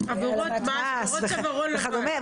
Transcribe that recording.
העלמת מס וכדומה,